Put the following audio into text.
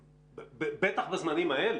בטח בזמנים האלה.